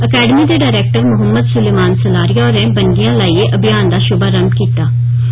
academy दे director Mohammad Suleman Salaria होरे बनगियां लाइयै अभियान दा शुभारंभ कीत्ता